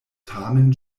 tamen